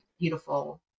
beautiful